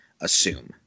assume